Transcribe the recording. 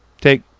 take